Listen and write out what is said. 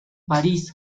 parís